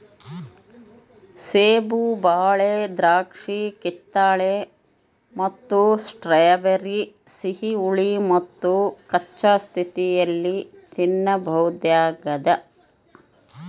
ಸೇಬು ಬಾಳೆ ದ್ರಾಕ್ಷಿಕಿತ್ತಳೆ ಮತ್ತು ಸ್ಟ್ರಾಬೆರಿ ಸಿಹಿ ಹುಳಿ ಮತ್ತುಕಚ್ಚಾ ಸ್ಥಿತಿಯಲ್ಲಿ ತಿನ್ನಬಹುದಾಗ್ಯದ